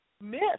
miss